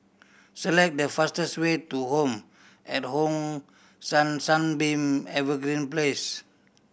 select the fastest way to Home at Hong San Sunbeam Evergreen Place